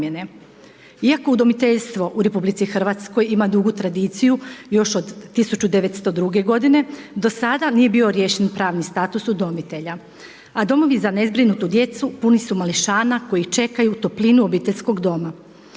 Iako udomiteljstvo u Republici Hrvatskoj ima dugu tradiciju, još od 1902. godine, do sada nije bio riješen pravni status udomitelja, a domovi za nezbrinutu djecu puni su mališana koji čekaju toplinu obiteljskog doma.